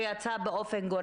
שיצא באופן גורף.